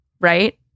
right